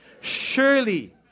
surely